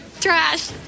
Trash